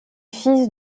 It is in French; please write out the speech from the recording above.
fils